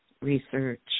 research